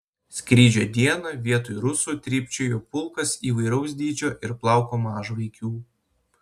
skrydžio dieną vietoj rusų trypčiojo pulkas įvairaus dydžio ir plauko mažvaikių